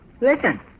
listen